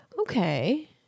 Okay